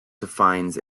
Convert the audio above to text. defines